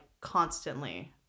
constantly